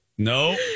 No